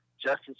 justice